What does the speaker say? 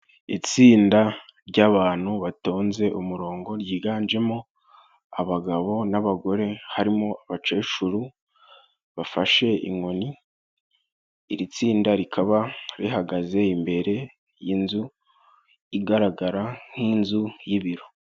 Itsinda ry'abantu batonze umurongo ryiganjemo abagabo n'abagore harimo abacecuru bafashe inkoni. Iri tsinda rikaba rihagaze imbere y'inzu igaragara nk'inzu y'ibiro.